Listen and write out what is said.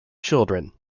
children